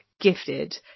gifted